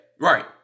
right